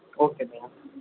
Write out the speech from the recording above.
okay भैया